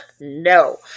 No